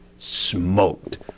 smoked